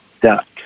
duck